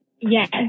yes